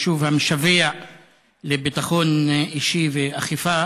יישוב המשווע לביטחון אישי ואכיפה,